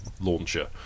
launcher